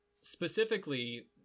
specifically